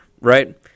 right